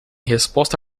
resposta